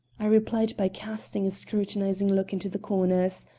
i replied by casting a scrutinizing look into the corners.